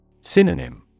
Synonym